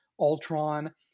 Ultron